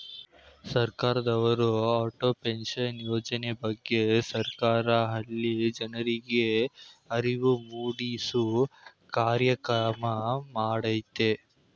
ಸರ್ಕಾರದವ್ರು ಅಟಲ್ ಪೆನ್ಷನ್ ಯೋಜನೆ ಬಗ್ಗೆ ಸರ್ಕಾರ ಹಳ್ಳಿ ಜನರ್ರಿಗೆ ಅರಿವು ಮೂಡಿಸೂ ಕಾರ್ಯಕ್ರಮ ಮಾಡತವ್ರೆ